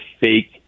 fake